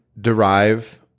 derive